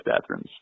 bathrooms